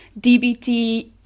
DBT